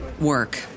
work